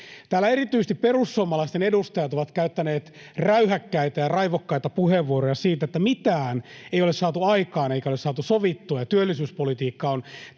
Täällä erityisesti perussuomalaisten edustajat ovat käyttäneet räyhäkkäitä ja raivokkaita puheenvuoroja siitä, että mitään ei ole saatu aikaan eikä ole saatu sovittua ja työllisyyspolitiikka on